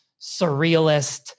surrealist